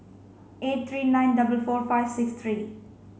eight three nine double four five six three